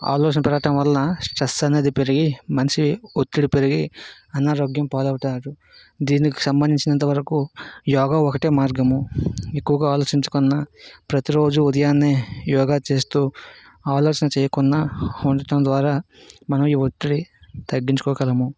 ఆలోచన పెరగడం వలన స్ట్రెస్ అనేది పెరిగి మనిషి ఒత్తిడి పెరిగి అనారోగ్యం పాలు అవుతారు దీనికి సంబంధించినంతవరకు యోగా ఒకటే మార్గము ఎక్కువగా ఆలోచించకుండా ప్రతీ రోజూ ఉదయాన్నే యోగా చేస్తూ ఆలోచన చేయకుండా ఉండడం ద్వారా మనం ఈ ఒత్తిడి తగ్గించుకోగలము